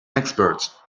expert